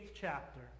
chapter